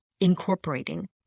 incorporating